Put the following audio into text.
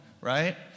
right